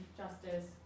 justice